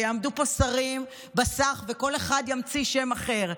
ויעמדו פה שרים בסך וכל אחד ימציא שם אחר,